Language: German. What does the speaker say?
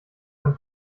beim